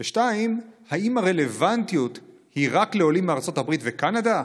2. האם הרלוונטיות היא רק לעולים מארה"ב וקנדה?